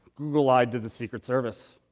google lied to the secret service.